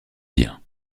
bien